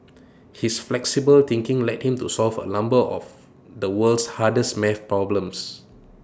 his flexible thinking led him to solve A number of the world's hardest math problems